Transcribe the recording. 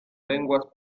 lenguas